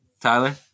Tyler